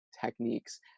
techniques